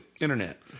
Internet